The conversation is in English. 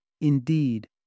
indeed